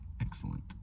excellent